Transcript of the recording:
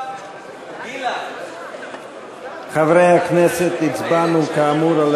2015. בעד ההסתייגויות הצביעו 59,